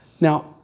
Now